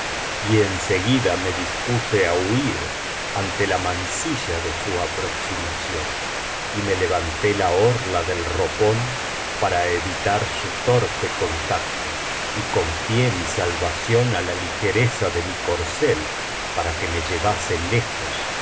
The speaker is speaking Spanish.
y en seguida me dispuse á huir ante la mancilla de su aproximación y me levanté la orla del ropón para evitar su torpe contacto y confié mi salvación á la ligereza de mi corcel para que me llevase lejos